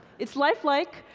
it's life-like.